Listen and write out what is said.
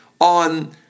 on